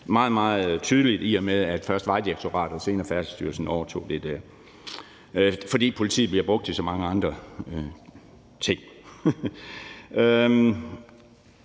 meget, meget tydeligt, i og med at først Vejdirektoratet og senere Færdselsstyrelsen overtog dette, altså fordi politiet bliver brugt til så mange andre ting.